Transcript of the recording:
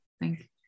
thank